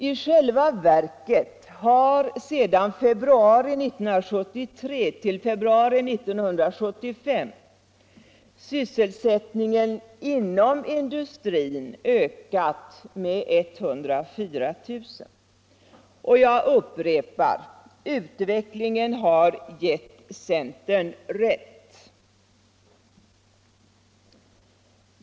I själva verket har från februari 1973 till februari 1975 sysselsättningen inom industrin ökat med 104 000. Jag upprepar: Utvecklingen har gett centern rätt.